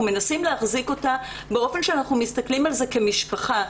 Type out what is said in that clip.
מנסים להחזיק אותה באופן שאנחנו מסתכלים עליהם כמשפחה.